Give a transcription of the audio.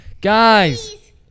Guys